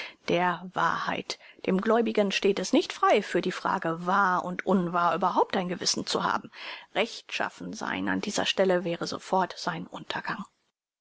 der wahrheit dem gläubigen steht es nicht frei für die frage wahr und unwahr überhaupt ein gewissen zu haben rechtschaffen sein an dieser stelle wäre sofort sein untergang